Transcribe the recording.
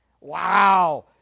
Wow